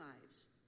lives